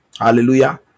Hallelujah